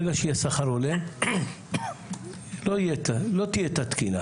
ברגע שהשכר יעלה לא תהיה תת תקינה